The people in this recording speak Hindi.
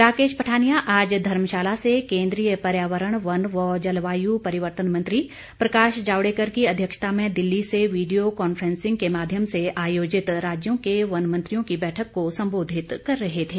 राकेश पठानिया आज धर्मशाला से केंद्रीय पर्यावरण वन व जलवायु परिवर्तन मंत्री प्रकाश जावडेकर की अध्यक्षता में दिल्ली से वीडियो कॉन्फ्रेंसिंग के माध्यम से आयोजित राज्यों के वन मंत्रियों की बैठक को संबोधित कर रहे थे